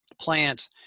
plants